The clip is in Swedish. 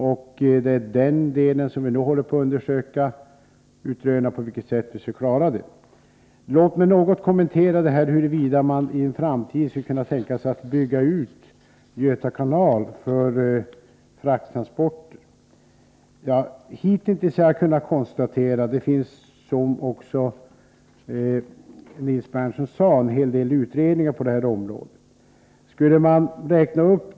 Vi håller nu på och försöker utröna hur vi skall kunna lösa dem. Låt mig något kommentera frågan, huruvida man i en framtid skulle kunna tänka sig att bygga ut Göta kanal för frakttransporter. Hitintills har jag kunnat konstatera att det, som också Nils Berndtson sade, finns en hel del utredningar på det här området.